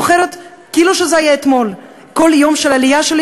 אני זוכרת כאילו זה היה אתמול כל יום של העלייה שלי